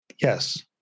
Yes